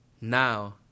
now